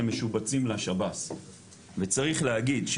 הם משובצים לשב"ס וצריך להגיד,